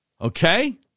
Okay